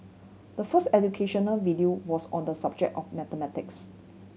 the first educational video was on the subject of mathematics